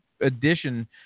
addition